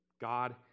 God